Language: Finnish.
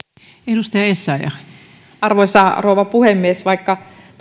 arvoisa arvoisa rouva puhemies vaikka